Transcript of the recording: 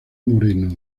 moreno